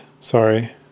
sorry